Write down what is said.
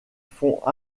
font